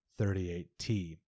38T